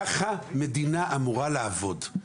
ככה מדינה אמורה לעבוד.